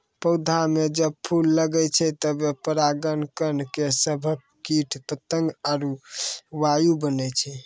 पौधा म जब फूल लगै छै तबे पराग कण के सभक कीट पतंग आरु वायु बनै छै